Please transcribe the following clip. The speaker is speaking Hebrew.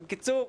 בקיצור,